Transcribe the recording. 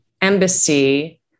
embassy